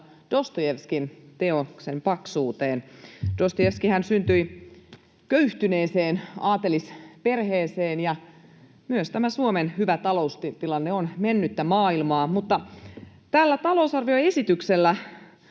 Dostojevskin teoksen paksuuteen. Dostojevskihan syntyi köyhtyneeseen aatelisperheeseen, ja myös Suomen hyvä taloustilanne on mennyttä maailmaa. Tällä talousarvioesityksellä